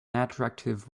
attractive